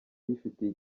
yifitiye